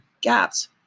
gaps